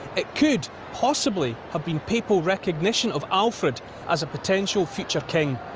it could possibly have been papal recognition of alfred as a potential future king.